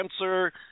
answer